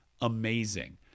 amazing